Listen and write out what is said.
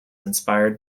inspired